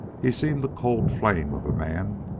he seemed a cold flame of a man,